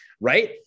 right